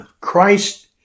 Christ